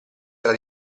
tra